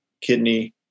kidney